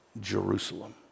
Jerusalem